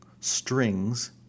strings